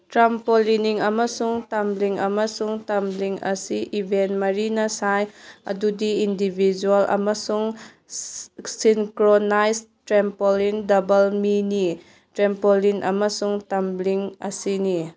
trampolining ꯑꯃꯁꯨꯡ tumbling ꯑꯃꯁꯨꯡ tumbling ꯑꯁꯤ ꯏꯕꯦꯟ ꯃꯔꯤꯅ ꯁꯥꯏ ꯑꯗꯨꯗꯤ ꯏꯟꯗꯤꯕꯤꯖ꯭ꯋꯦꯜ ꯑꯃꯁꯨꯡ synchronised trampoline double mini trampoline ꯑꯃꯁꯨꯡ ꯇꯝꯕ꯭ꯂꯤꯡ ꯑꯁꯤꯅꯤ